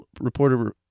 reporter